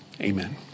amen